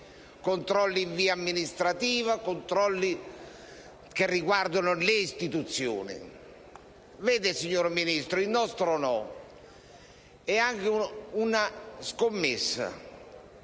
(controlli in via amministrativa, controlli che riguardano le istituzioni). Signor Ministro, il nostro no è anche una scommessa,